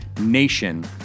Nation